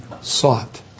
sought